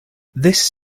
this